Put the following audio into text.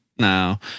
No